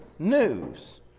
News